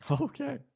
okay